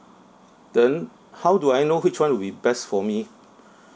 then how do I know which one will be best for me